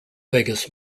vegas